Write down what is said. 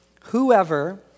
Whoever